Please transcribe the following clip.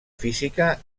física